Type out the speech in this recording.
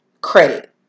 credit